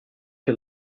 che